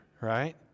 Right